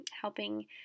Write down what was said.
helping